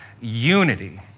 unity